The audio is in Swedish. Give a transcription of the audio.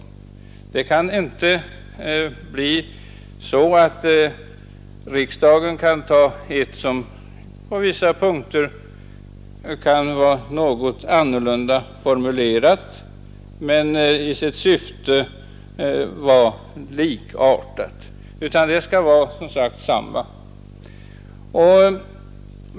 Riksdagen kan inte anta ett förslag som på vissa punkter är något annorlunda formulerat men i sitt syfte är likartat, utan det skall som sagt vara fråga om samma lagförslag.